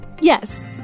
Yes